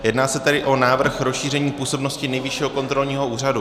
Jedná se tedy o návrh rozšíření působnosti Nejvyššího kontrolního úřadu.